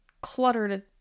cluttered